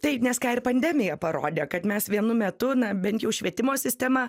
taip nes ką ir pandemija parodė kad mes vienu metu na bent jau švietimo sistema